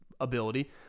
ability